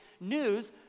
news